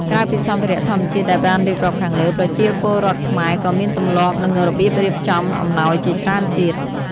ក្រៅពីសម្ភារៈធម្មជាតិដែលបានរៀបរាប់ខាងលើ ប្រជាពលរដ្ឋខ្មែរក៏មានទម្លាប់ និងរបៀបរៀបចំអំណោយជាច្រើនទៀត។